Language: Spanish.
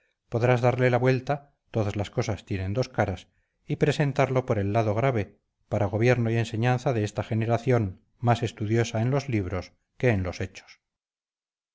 podrás darle la vuelta todas las cosas tienen dos caras y presentarlo por el lado grave para gobierno y enseñanza de esta generación más estudiosa en los libros que en los hechos